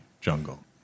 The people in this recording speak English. Jungle